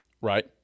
right